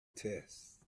test